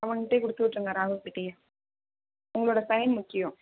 அவன்டே கொடுத்துவிட்ருங்க ராகுல் கிட்டியே உங்களோட சைன் முக்கியம்